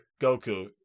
Goku